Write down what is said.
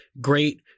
great